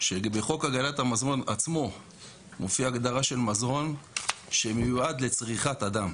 שבחוק הגנת המזון עצמו מופיעה הגדרה של מזון שמיועד לצריכת אדם.